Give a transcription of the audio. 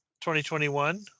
2021